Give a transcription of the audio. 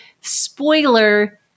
spoiler